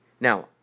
Now